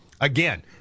Again